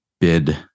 bid